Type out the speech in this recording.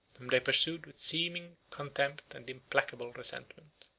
whom they pursued with seeming contempt and implacable resentment.